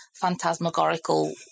phantasmagorical